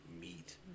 meat